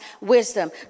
wisdom